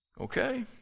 okay